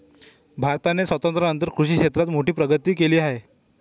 भारताने स्वातंत्र्यानंतर कृषी क्षेत्रात मोठी प्रगती केली आहे